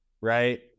right